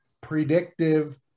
predictive